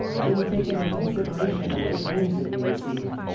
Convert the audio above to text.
but then we take into consideration the late rains that we received.